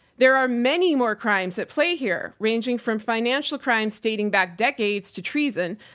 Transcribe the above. there are many more crimes at play here ranging from financial crimes dating back decades to treason,